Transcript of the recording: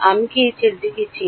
আমি কি এই ছেলেটিকে চিনি